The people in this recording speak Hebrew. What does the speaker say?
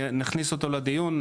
נכניס אותו לדיון,